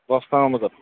দহটামান বজাত